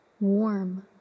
warm